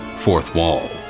fourth wall.